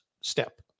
step